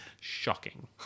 shocking